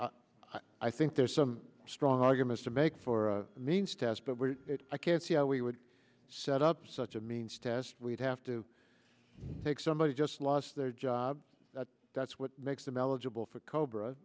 i think there's some strong arguments to make for a means test but i can't see how we would set up such a means test we'd have to take somebody just lost their job that's what makes them eligible for cobra